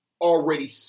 already